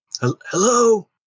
Hello